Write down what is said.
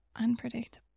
unpredictable